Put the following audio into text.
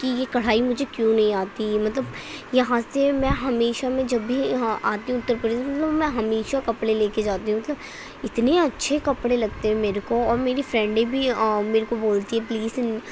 کہ یہ کڑھائی مجھے کیوں نہیں آتی ہے مطلب یہاں سے میں ہمیشہ میں جب بھی یہاں آتی ہوں اتّر پردیش میں میں ہمیشہ کپڑے لے کے جاتی ہوں مطلب اتنے اچھے کپڑے لگتے ہیں میرے کو اور میری فرینڈیں بھی میرے کو بولتی ہیں پلیس